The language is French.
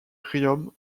riom